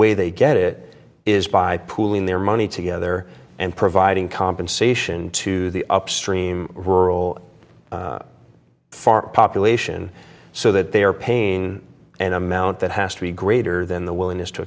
way they get it is by pooling their money together and providing compensation to the upstream rural farm population so that they are paying an amount that has to be greater than the willingness to